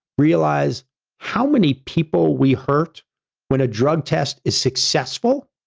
realize how many people we hurt when a drug test is successful.